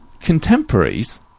contemporaries